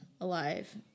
alive